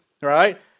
right